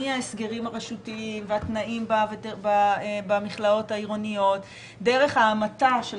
מההסגרים הרשותיים והתנאים במכלאות העירוניות דרך ההמתה של